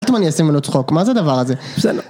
אני אעשה ממנו צחוק, מה זה הדבר הזה? בסדר